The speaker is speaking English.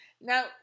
Now